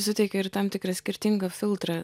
suteikia ir tam tikrą skirtingą filtrą